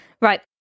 right